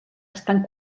estan